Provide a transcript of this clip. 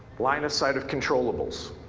line of sight of controllables.